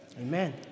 Amen